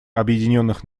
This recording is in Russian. объединенных